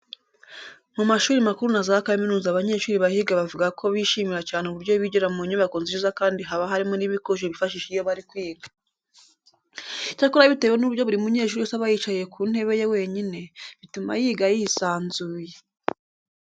Mu mashuri makuru na za kaminuza abanyeshuri bahiga bavuga ko bishimira cyane uburyo bigira mu nyubako nziza kandi haba harimo n'ibikoresho bifashisha iyo bari kwiga. Icyakora bitewe n'uburyo buri munyeshuri wese aba yicaye ku ntebe ye wenyine, bituma yiga yisanzuye.